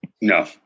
No